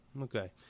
Okay